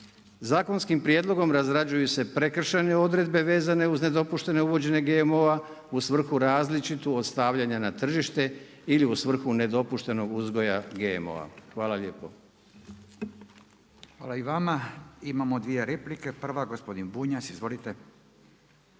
Zakonskim prijedlogom razrađuju se prekršajne odredbe vezane uz nedopuštene uvođenje GMO-a u svrhu različitu od stavljanja na tržište ili u svrhu nedopuštenog uzgoja GMO-a. Hvala lijepo. **Radin, Furio (Nezavisni)** Hvala i vama. Imamo 2 replike. Prva gospodin Bunjac. Izvolite.